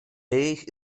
jejich